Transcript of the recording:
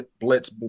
blitz